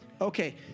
Okay